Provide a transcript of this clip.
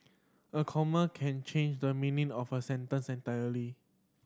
a comma can change the meaning of a sentence entirely